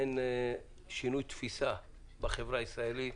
אין שינוי תפיסה בחברה הישראלית.